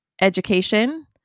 education